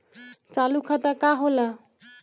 चालू खाता का होला?